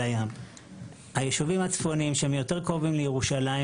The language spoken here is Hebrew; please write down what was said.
היישובים הצפוניים שקרובים יותר לירושלים